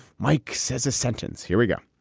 mike says a sentence. here we go.